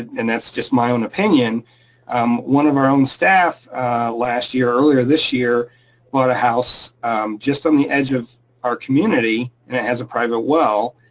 and that's just my own opinion um one of our own staff last year or earlier this year bought a house just on the edge of our community, and it has a private well.